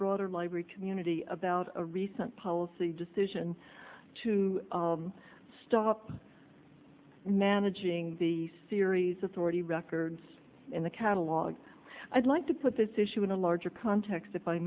broader library community about a recent policy decision to stop managing the series authority records in the catalog i'd like to put this issue in a larger context if i